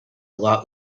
lot